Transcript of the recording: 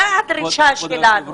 זו הדרישה שלנו.